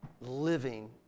living